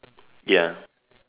ya